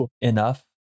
enough